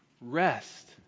rest